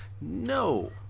No